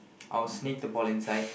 I'll sneak the ball inside